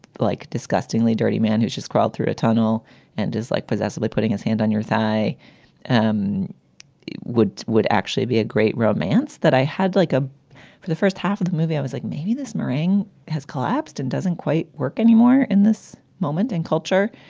like, disgustingly dirty man who just crawled through a tunnel and is like possessed by putting his hand on your thigh and um would would actually be a great romance that i had like ah for the first half of the movie, i was like, maybe this meringue has collapsed and doesn't quite work anymore in this moment in culture.